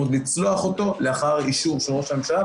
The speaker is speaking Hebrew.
עוד לצלוח אותו לאחר אישור ראש הממשלה,